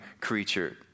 creature